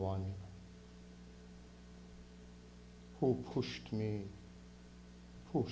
one who pushed me wh